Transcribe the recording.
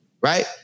Right